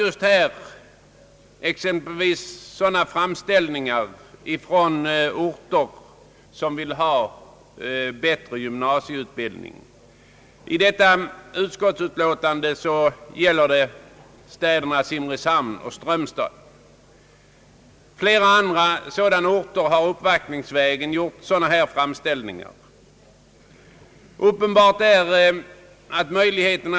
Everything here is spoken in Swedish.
I detta utskottsutlåtande behandlas framställningar från orter där bättre möjligheter till gymnasieutbildning önskas, nämligen städerna Simrishamn och Strömstad. Uppvaktningsvägen har sådana framställningar gjorts från flera andra orter.